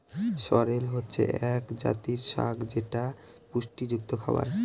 সরেল হচ্ছে এক জাতীয় শাক যেটা পুষ্টিযুক্ত খাবার